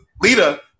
Lita